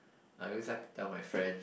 I always like to tell my friends